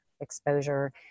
exposure